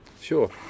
Sure